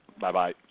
Bye-bye